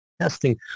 testing